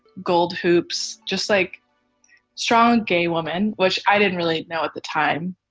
gold hoops, just like strong gay woman, which i didn't really know at the time.